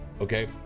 Okay